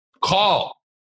call